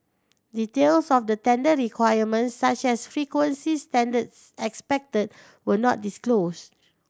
details of the tender requirements such as frequency standards expected were not disclosed